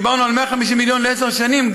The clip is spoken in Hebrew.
דיברנו על 150 מיליון ל-10 שנים,